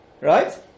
Right